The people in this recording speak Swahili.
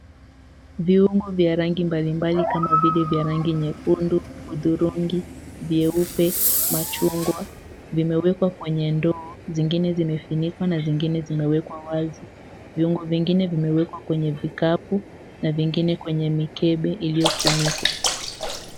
Viungo mbalimbali vya rangi tofauti kama vile nyekundu, hudhurungi, vyeupe, machungwa vimewekwa kwenye ndoo. Vingine vimefunikwa, vingine vimewekwa wazi. Viungo vingine vimewekwa kwenye vikapu na vingine kwenye mikebe iliyofunikwa.